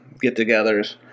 get-togethers